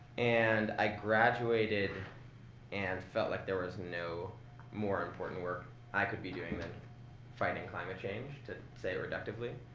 and i graduated and felt like there was a no more important work i could be doing than fighting climate change to say it reductively.